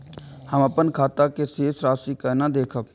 हम अपन खाता के शेष राशि केना देखब?